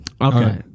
Okay